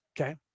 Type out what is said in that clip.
Okay